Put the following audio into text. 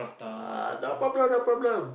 ah no problem no problem